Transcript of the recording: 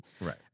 Right